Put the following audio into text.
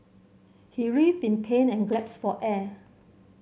he writhed in pain and gasped for air